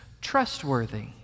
trustworthy